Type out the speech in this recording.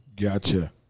Gotcha